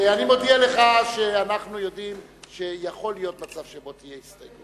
אני מודיע לך שאנחנו יודעים שיכול להיות מצב שבו תהיה הסתייגות.